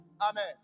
Amen